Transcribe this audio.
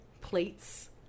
plates